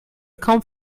kaum